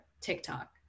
TikTok